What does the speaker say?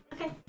Okay